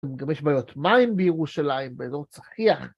גם יש בעיות מים בירושלים, באזור צחיח.